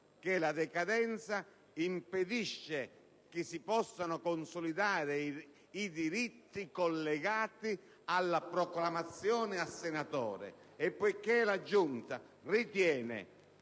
che la decadenza impedisca che si possano consolidare i diritti collegati alla proclamazione a senatore e, poiché la Giunta sostiene